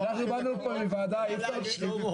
--------- ועדה על אדם אחד?